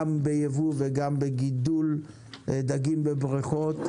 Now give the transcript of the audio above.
גם בייבוא וגם בגידול דגים בבריכות,